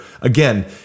again